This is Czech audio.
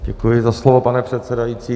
Děkuji za slovo, pane předsedající.